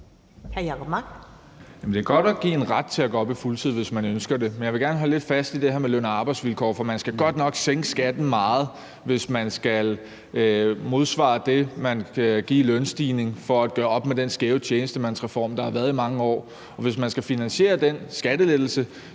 Det er godt at give en ret til at gå op på fuldtid, hvis man ønsker det. Men jeg vil gerne holde lidt fast i det her med løn- og arbejdsvilkår, for man skal godt nok sænke skatten meget, hvis det skal modsvare det, der skal gives i lønstigning for at gøre op med den skæve tjenestemandsreform, der har været i mange år. Hvis man skal finansiere den skattelettelse,